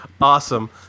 Awesome